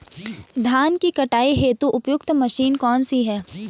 धान की कटाई हेतु उपयुक्त मशीन कौनसी है?